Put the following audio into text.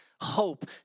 hope